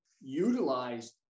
utilized